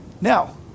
Now